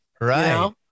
right